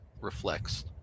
reflects